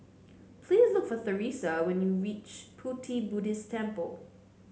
please look for Theresia when you reach Pu Ti Buddhist Temple